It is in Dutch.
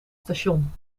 station